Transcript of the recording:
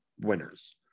winners